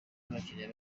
n’abakiriya